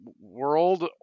world